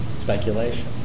speculation